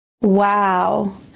wow